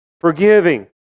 Forgiving